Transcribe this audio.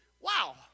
Wow